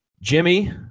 Jimmy